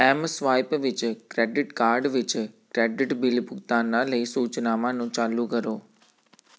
mSwipe ਵਿੱਚ credit card ਵਿੱਚ credit bill ਭੁਗਤਾਨਾਂ ਲਈ ਸੂਚਨਾਵਾਂ ਨੂੰ ਚਾਲੂ ਕਰੋ